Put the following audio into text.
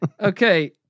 Okay